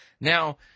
Now